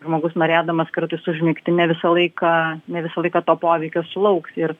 žmogus norėdamas kartais užmigti ne visą laiką ne visą laiką to poveikio sulauks ir